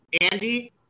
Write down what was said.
Andy